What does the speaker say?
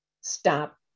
stop